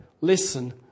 listen